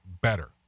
better